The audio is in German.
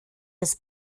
des